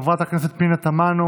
חברת הכנסת פנינה תמנו,